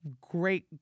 great